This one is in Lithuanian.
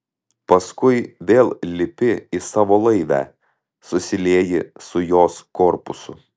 paskui vėl lipi į savo laivę susilieji su jos korpusu